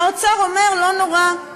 האוצר אומר: לא נורא, לא,